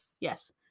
yes